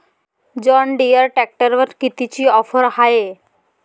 John Deere ट्रॅक्टरवर कितीची offer हाये?